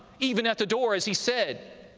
even at the door as he said.